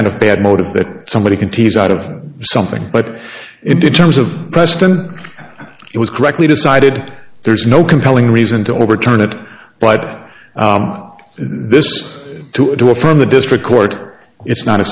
kind of bad motive that somebody can tease out of something but it did terms of preston it was correctly decided there's no compelling reason to overturn it but this to affirm the district court it's not